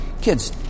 kids